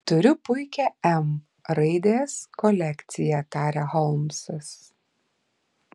turiu puikią m raidės kolekciją tarė holmsas